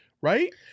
right